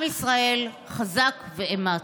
עם ישראל, חזק ואמץ.